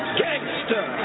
gangster